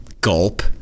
Gulp